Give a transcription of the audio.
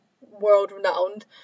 world-renowned